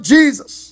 Jesus